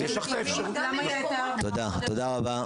תודה רבה.